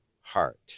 heart